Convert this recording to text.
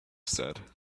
said